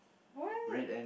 what